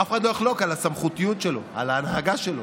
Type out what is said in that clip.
אף אחד לא יחלוק על הסמכותיות שלו, על ההנהגה שלו,